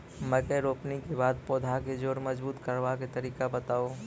मकय रोपनी के बाद पौधाक जैर मजबूत करबा के तरीका बताऊ?